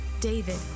David